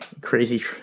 crazy